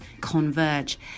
Converge